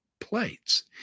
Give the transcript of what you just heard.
plates